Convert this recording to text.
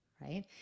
right